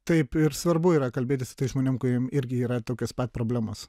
taip svarbu yra kalbėtis su tais žmonėm kuriem irgi yra tokios pat problemos